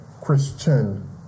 Christian